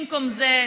במקום זה,